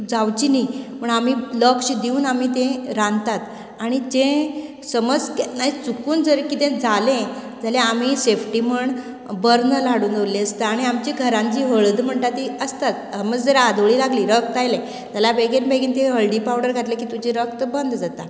जावची नी म्हूण आमी लक्ष दिवन आमी ते रांदतात आनी जें समज केन्नाय चुकून जर कितें जालें जाल्यार आमी सेफ्टी म्हण बर्नल हाडून दवरले आसता आनी आमच्या घरांत जी हळद म्हणटा ती आसतात समज जर आदोळी लागली रगत आयले जाल्यार बेगेन बेगेन तें हळडी पावडर घातले कि तुजें रगत बंद जाता